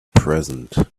present